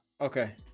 Okay